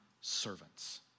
servants